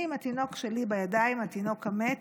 אני עם התינוק שלי בידיים, התינוק המת,